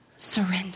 Surrender